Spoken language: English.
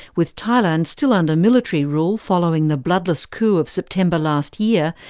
with thailand still under military rule following the bloodless coup of september last year,